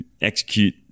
execute